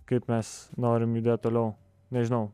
kaip mes norim judėt toliau nežinau